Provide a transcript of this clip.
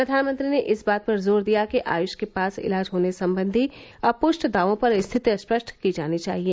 प्रधानमंत्री ने इस बात पर जोर दिया कि आयुष के पास इलाज होने संबंधी अपुष्ट दावों पर स्थिति स्पष्ट की जानी चाहिए